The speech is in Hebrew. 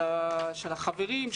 של החברים,